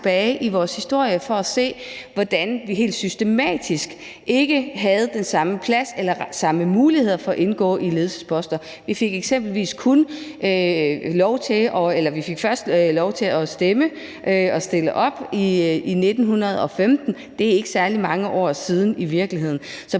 tilbage i vores historie for at se, hvordan vi helt systematisk ikke havde den samme plads eller de samme muligheder for at indgå i ledelsesposter. Vi fik eksempelvis først lov til at stemme og stille op til valg i 1915, og det er i virkeligheden